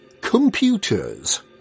computers